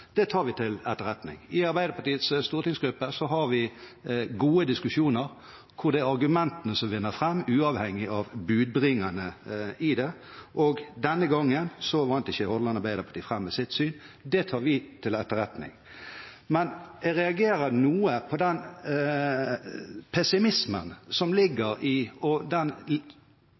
tar vi til etterretning. I Arbeiderpartiets stortingsgruppe har vi gode diskusjoner, hvor det er argumentene som vinner fram, uavhengig av budbringerne av det. Denne gangen vant ikke Hordaland Arbeiderparti fram med sitt syn. Det tar vi til etterretning. Men jeg reagerer noe på den pessimismen og den veldig begrensede tiltroen som ligger